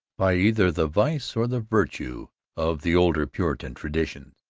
by either the vice or the virtue of the older puritan tradition.